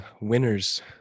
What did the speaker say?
winners